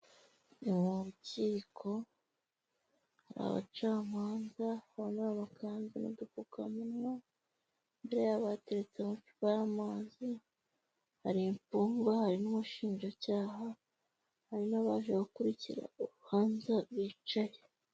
Ni mu rukiko, hari abacamanza, bambaye amakanzu n'udupfukamunwa, imbere yabo hateretse amacupa y'amazi, hari imfungwa, hari n'umushinjacyaha, hari n'abaje gukurikira urubanza bicaye.